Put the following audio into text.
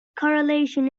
correlation